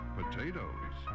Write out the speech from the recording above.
potatoes